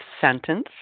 sentence